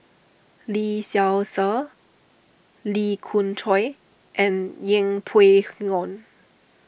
Lee Seow Ser Lee Khoon Choy and Yeng Pway Ngon